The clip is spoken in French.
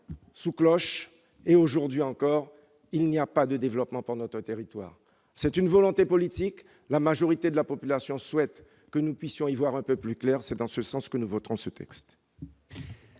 sous cloche et, aujourd'hui encore, il n'y a pas de développement de notre territoire. Il s'agit donc de volonté politique. La majorité de la population souhaite que nous puissions y voir un peu plus clair, et c'est dans ce sens que nous voterons pour ce texte.